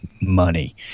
money